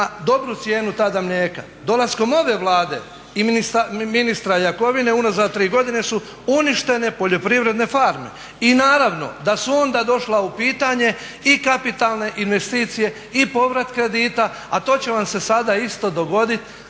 dobru cijenu tada mlijeka. Dolaskom ove Vlade i ministra Jakovine unazad tri godine su uništene poljoprivredne farme. I naravno da su onda došla u pitanje i kapitalne investicije i povrat kredita a to će vam se sada isto dogoditi